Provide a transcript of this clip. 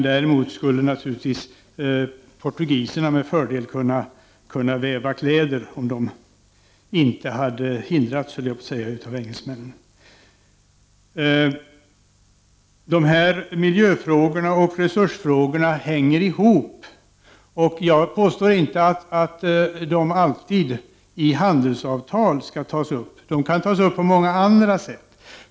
Däremot skulle portugiserna med fördel ha kunnat väva kläder, om de inte hade hindrats av engelsmännen. Miljöfrågorna och resursfrågorna hänger ihop. Jag påstår inte att de alltid skall tas upp i handelsavtal, utan de kan tas upp på många andra sätt.